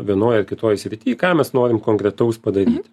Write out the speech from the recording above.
vienoj ar kitoj srity ką mes norim konkretaus padaryti